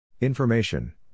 Information